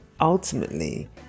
ultimately